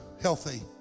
healthy